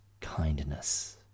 kindness